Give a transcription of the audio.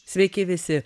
sveiki visi